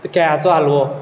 केळ्याचो हालवो